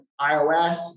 iOS